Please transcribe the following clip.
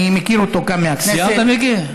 אני מכיר אותו כאן, מהכנסת, סיימת, מיקי?